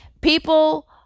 people